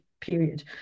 period